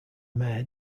mayor